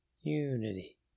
unity